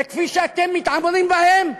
וכפי שאתם מתעמרים בהן,